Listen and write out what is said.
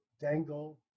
Dangle